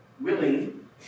willing